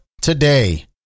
today